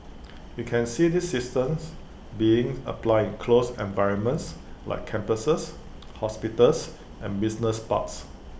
we can see these systems being applied in closed environments like campuses hospitals and business parks